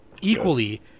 equally